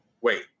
wait